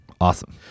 awesome